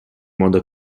modo